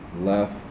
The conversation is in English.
left